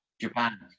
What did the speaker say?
Japan